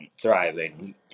thriving